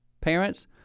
Parents